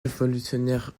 révolutionnaire